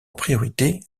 priorité